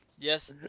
Yes